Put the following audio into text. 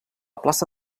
plaça